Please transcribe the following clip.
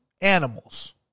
animals